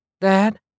Dad